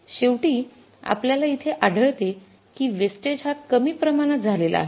शेवटी आपल्याला इथं आढळते कि वेस्टेज हा कमी प्रमाणात झालेला आहे